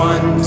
One